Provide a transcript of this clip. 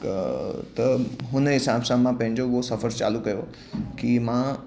त त हुनजे हिसाब सां मां पंहिंजो उहो सफ़र चालू कयो की मां